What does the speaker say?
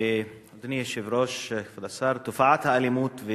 אדוני היושב-ראש, כבוד השר, תופעת האלימות,